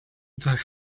that